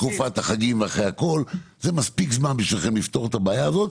הבעיה הזאת.